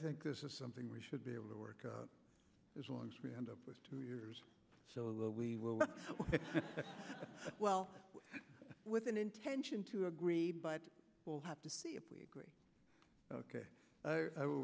think this is something we should be able to work as long as we end up with two years we will well with an intention to agree but we'll have to see if we agree ok i will